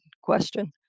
question